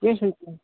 کیٚنہہ چھُنہٕ